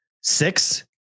six